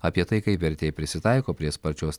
apie tai kaip vertėjai prisitaiko prie sparčios